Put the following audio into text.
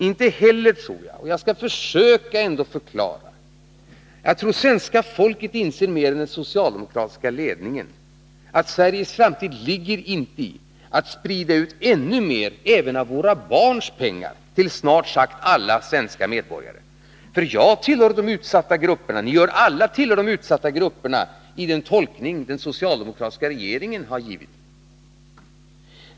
Jag tror — och jag skall ändå försöka förklara — att svenska folket inser, mer än den socialdemokratiska ledningen, att Sveriges framtid inte ligger i att sprida ut ännu mer, även av barnens pengar, till snart sagt alla svenska medborgare. För jag tillhör de utsatta grupperna, och ni alla tillhör de utsatta grupperna, enligt den tolkning den socialdemokratiska regeringen har gjort.